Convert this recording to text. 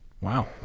Wow